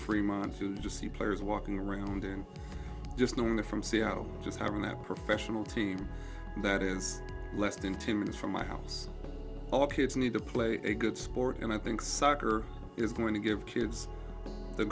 fremont to just see players walking around and just knowing the from seattle just having that professional team that is less than two minutes from my house all kids need to play a good sport and i think soccer is going to give kids the